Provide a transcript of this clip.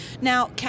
Now